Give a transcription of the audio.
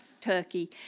Turkey